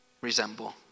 resemble